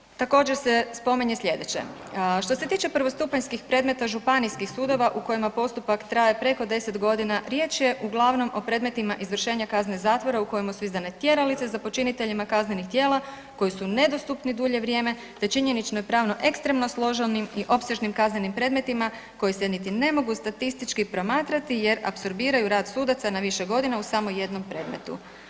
Nadalje, također se spominje slijedeće: „Što se tiče prvostupanjskih predmeta županijskih sudova u kojima postupak traje preko 10.g., riječ je uglavnom o predmetima izvršenja kazne zatvora u kojima su izdane tjeralice za počiniteljima kaznenih djela koji su nedostupni dulje vrijeme, te činjenično i pravno ekstremno složenim i opsežnim kaznenim predmetima koji se niti ne mogu statistički promatrati jer apsorbiraju rad sudaca na više godina u samo jednom predmetu“